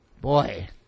boy